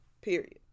Period